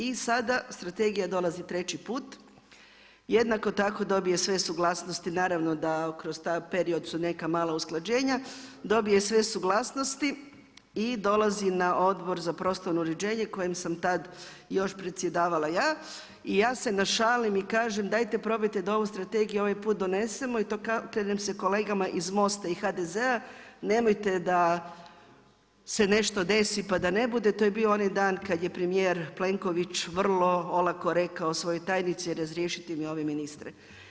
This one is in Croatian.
I sada strategija dolazi treći put, jednako tako dobije sve suglasnosti, naravno da kroz taj period su neka malo usklađenja, dobije sve suglasnosti i dolazi na Odbor za prostorno uređenje kojim sam tad još predsjedavala ja, i ja se našalim i kažem dajte probajte da ovu strategiju ovaj put donesemo i okrenemo se kolegama iz MOST-a i HDZ-a, nemojte da se nešto desi pa da ne bude, to je bio onaj dan kad je premijer Plenković vrlo olako rekao svojoj tajnici razriješite mi ove ministre.